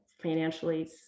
financially